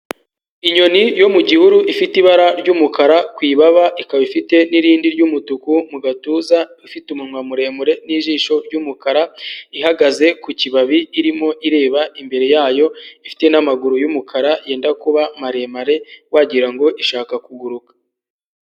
Inyoni yo mu gihuru, ifite ibara ry'umukara ku ibaba, ikaba ifite n'irindi ry'umutuku mu gatuza, ifite umunwa muremure n'ijisho ry'umukara, ihagaze ku kibabi irimo ireba imbere yayo, ifite n'amaguru y'umukara yenda kuba maremare wagira ngo ishaka kuguruka.